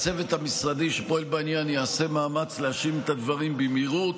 הצוות המשרדי שפועל בעניין יעשה מאמץ להשלים את הדברים במהירות.